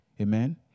Amen